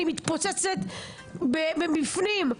אני מתפוצצת מבפנים,